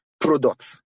products